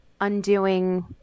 undoing